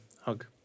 hug